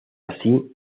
así